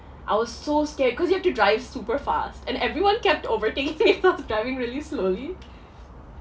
I was so scared cause you have to drive super fast and everyone kept overtaking me cause I was driving really slowly